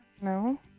No